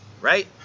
Right